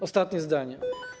Ostatnie zdanie.